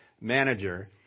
manager